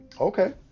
Okay